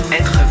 être